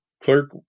clerk